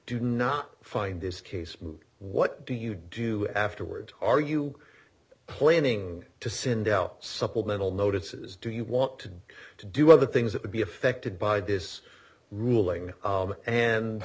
do not find this case what do you do afterwards are you planning to send out supplemental notices do you want to do to do other things that would be affected by this ruling